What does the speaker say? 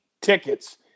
tickets